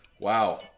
wow